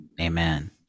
Amen